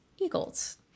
Eagles